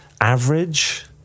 average